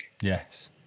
Yes